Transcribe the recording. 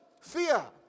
fear